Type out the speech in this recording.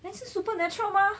then 是 supernatural 吗